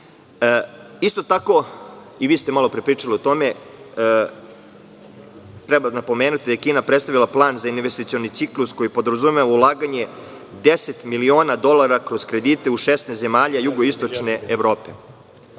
Isto tako, vi ste malopre pričali o tome, treba napomenuti da je Kina predstavila plan za investicioni ciklus, koji podrazumeva ulaganje 10.000.000.000 dolara kroz kredite u 16 zemalja jugoistočne Evrope.